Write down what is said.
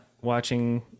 watching